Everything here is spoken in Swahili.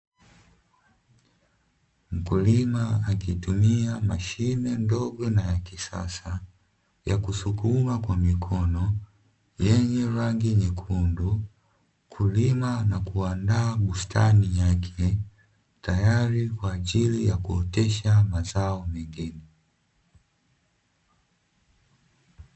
Mkulima akitumia mashine ndogo na ya kisasa, yakusukuma kwa mikono yenye rangi nyekundu; kulima na kuandaa bustani yake tayari kwa ajili ya kuotesha mazao mengine .